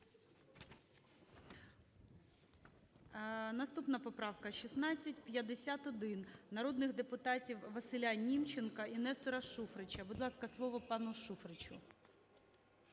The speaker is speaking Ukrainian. Наступна поправка – 1651, народних депутатів ВасиляНімченка і Нестора Шуфрича. Будь ласка, слово пану Шуфричу.